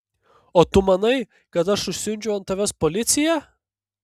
o tu manai kad aš užsiundžiau ant tavęs policiją